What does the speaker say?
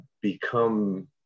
become